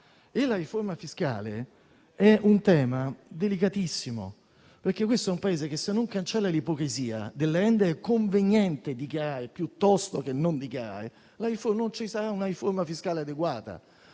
La riforma fiscale è un tema delicatissimo, perché questo è un Paese che se non cancella l'ipocrisia del rendere conveniente dichiarare piuttosto che non dichiarare, non ci sarà una riforma fiscale adeguata.